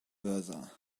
versa